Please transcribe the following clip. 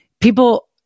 People